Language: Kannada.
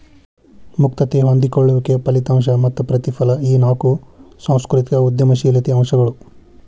ಮುಕ್ತತೆ ಹೊಂದಿಕೊಳ್ಳುವಿಕೆ ಫಲಿತಾಂಶ ಮತ್ತ ಪ್ರತಿಫಲ ಈ ನಾಕು ಸಾಂಸ್ಕೃತಿಕ ಉದ್ಯಮಶೇಲತೆ ಅಂಶಗಳು